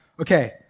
Okay